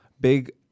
big